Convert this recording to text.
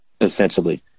essentially